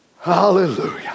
Hallelujah